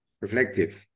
reflective